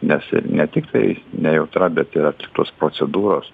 nes ne tiktai nejautra bet yra tos procedūros